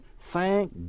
Thank